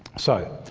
so